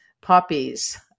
poppies